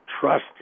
trust